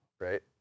right